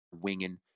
winging